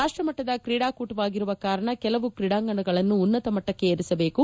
ರಾಷ್ಟಮಟ್ಟದ ಕ್ರೀಡಾಕೂಟವಾಗಿರುವ ಕಾರಣ ಕೆಲವು ಕ್ರೀಡಾಂಗಣವನ್ನು ಉನ್ನತಮಟ್ಟಕ್ಕೆ ಏರಿಸಬೇಕು